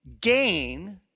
gain